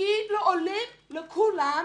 תגיד לעולים, לכולם,